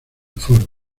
foro